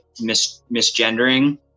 misgendering